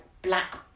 Black